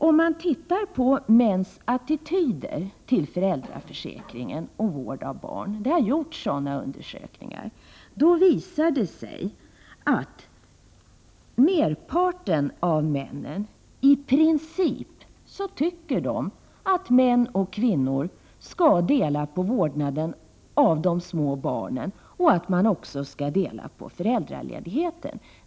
Om man studerar mäns attityd till föräldraförsäkringen och vården av barn —-sådana undersökningar har gjorts — ser man att flertalet män i princip tycker att män och kvinnor skall dela på vårdnaden av de små barnen och på föräldraledigheten.